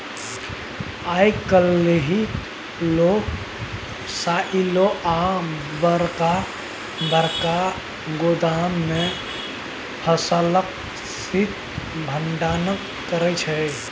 आइ काल्हि लोक साइलो आ बरका बरका गोदाम मे फसलक शीत भंडारण करै छै